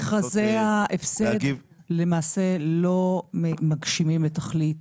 מכרזי ההפסד למעשה לא מגשימים את תכלית